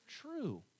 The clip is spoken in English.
true